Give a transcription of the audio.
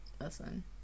listen-